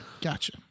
Gotcha